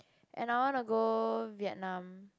and I wanna go Vietnam